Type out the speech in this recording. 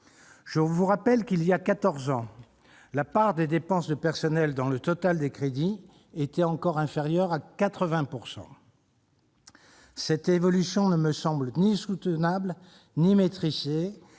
Je vous rappelle qu'il y a quatorze ans la part des dépenses de personnel dans le total des crédits était encore inférieure à 80 %. Cette évolution ne me semble ni soutenable ni maîtrisée.